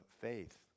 faith